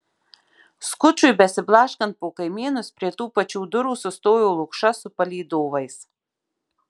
skučui besiblaškant po kaimynus prie tų pačių durų sustojo lukša su palydovais